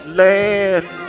land